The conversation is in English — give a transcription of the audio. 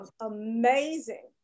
amazing